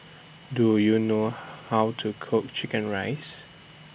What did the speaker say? Do YOU know How to Cook Chicken Rice